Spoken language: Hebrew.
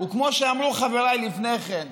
כמו שאמרו חבריי לפני כן,